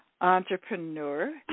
entrepreneur